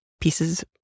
pieces